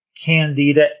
candida